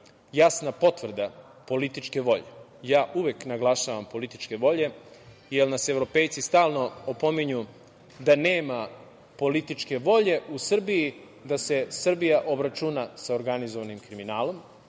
jasna potvrda političke volje. Uvek naglašavam političke volje, jer nas Evropejci stalno opominju da nema političke volje u Srbiji da se Srbija obračuna sa organizovanim kriminalom.